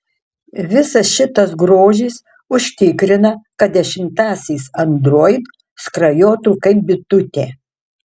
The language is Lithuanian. visas šitas grožis užtikrina kad dešimtasis android skrajotų kaip bitutė